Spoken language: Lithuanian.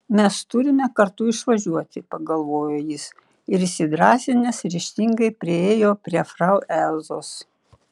mes turime kartu išvažiuoti pagalvojo jis ir įsidrąsinęs ryžtingai priėjo prie frau elzos